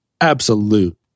absolute